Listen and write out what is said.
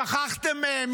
שכחתם מהם,